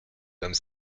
comme